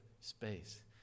space